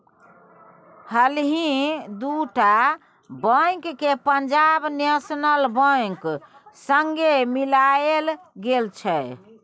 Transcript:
हालहि दु टा बैंक केँ पंजाब नेशनल बैंक संगे मिलाएल गेल छै